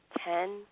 ten